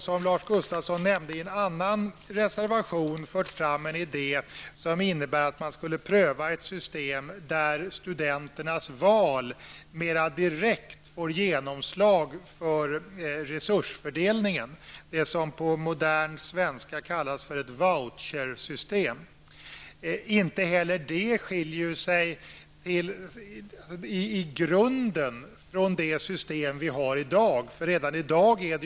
Som Lars Gustafsson nämnde har vi i en annan reservation fört fram en idé som innebär att man skulle pröva ett system där studenternas val mera direkt får genomslag för resursfördelningen -- det som på modern svenska kallas för ett vouchersyfrån. Inte heller detta system skiljer sig i grunden för det system som vi i dag har.